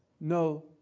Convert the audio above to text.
No